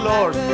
Lord